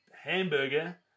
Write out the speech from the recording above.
hamburger